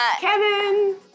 Kevin